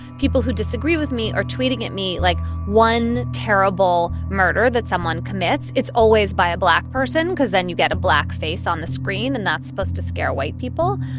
people who disagree with me are tweeting at me, like, one terrible murder that someone commits. it's always by a black person cause then you get a black face on the screen, and that's supposed to scare white people.